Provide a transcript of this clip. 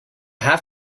have